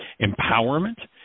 empowerment